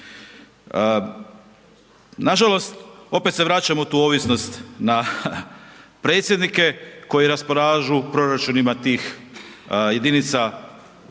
Nažalost opet se vraćamo u tu ovisnost na predsjednike koji raspolažu proračunima tih jedinica lokalne